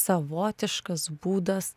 savotiškas būdas